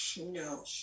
no